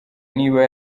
niba